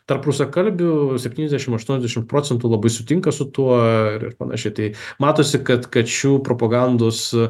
tarp rusakalbių septyniasdešimt aštuoniasdešimt procentų labai sutinka su tuo ir ir panašiai tai matosi kad kad šių propagandos